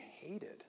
hated